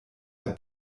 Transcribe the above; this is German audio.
der